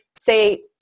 say